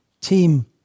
team